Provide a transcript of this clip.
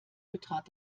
betrat